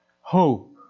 hope